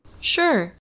Sure